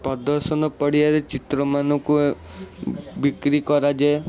ପ୍ରଦର୍ଶନ ପଡ଼ିଆରେ ଚିତ୍ରମାନଙ୍କୁ ବିକ୍ରି କରାଯାଏ